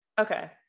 Okay